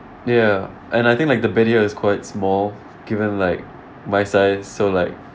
ya and I think like the bed here is quite small given like my size so like